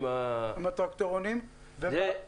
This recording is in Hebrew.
אני חושב שהכשרת הנהגים, ככל